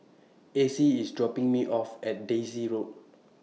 Acie IS dropping Me off At Daisy Road